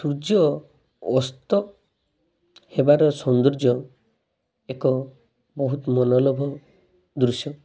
ସୂର୍ଯ୍ୟ ଅସ୍ତ ହେବାର ସୌନ୍ଦର୍ଯ୍ୟ ଏକ ବହୁତ ମନୋଲୋଭ ଦୃଶ୍ୟ